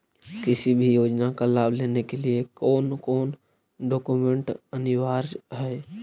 किसी भी योजना का लाभ लेने के लिए कोन कोन डॉक्यूमेंट अनिवार्य है?